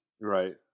Right